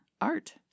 art